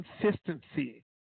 consistency